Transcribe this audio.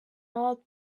old